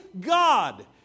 God